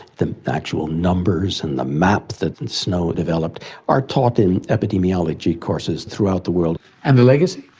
the actual numbers and the map that and snow developed are taught in epidemiology courses throughout the world. and the legacy?